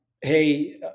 Hey